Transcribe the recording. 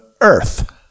earth